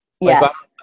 Yes